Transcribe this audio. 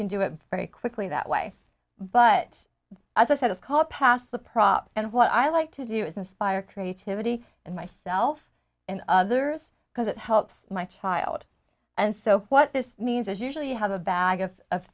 can do it very quickly that way but as i said it's called pass the prop and what i like to do is inspire creativity and myself and others because it helps my child and so what this means is usually you have a bag of